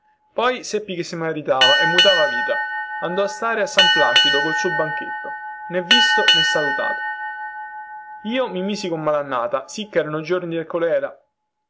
poi seppi che si maritava e mutava vita andò a stare a san placido col suo banchetto nè visto nè salutato io mi misi con malannata cherano i giorni del colèra